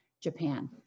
Japan